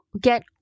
get